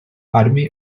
армії